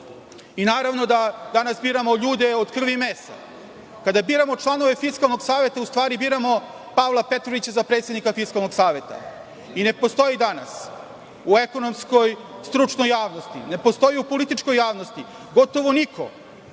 periodu. Naravno da danas biramo ljude od krvi i mesa. Kada biramo članove Fiskalnog saveta, u stvari biramo Pavla Petrovića za predsednika Fiskalnog saveta i ne postoji danas u ekonomskoj stručnoj javnosti, ne postoji u političkoj javnosti, gotovo niko,